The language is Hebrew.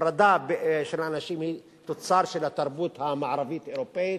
ההפרדה של האנשים היא תוצר של התרבות המערבית-אירופית.